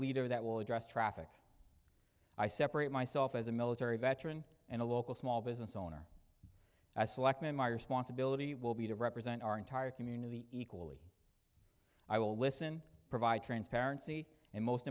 leader that will address traffic i separate myself as a military veteran and a local small business owner i select men my responsibility will be to represent our entire community equally i will listen provide transparency and most